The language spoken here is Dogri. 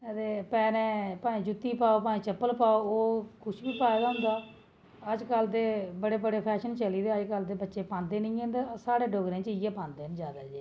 ते पैरें भाएंं जुत्ती पाओ भाएं चप्पल पाओ ओह् किश बी पाए दा होंदा अज्जकल ते बड़े बड़े फैशन चली दे अज्जकल दे बच्चे ते पांदे निं है'न साधे डोगरें च इ'यै पांदे न जादै